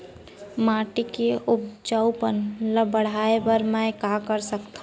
माटी के उपजाऊपन ल बढ़ाय बर मैं का कर सकथव?